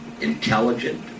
intelligent